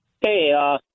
Hey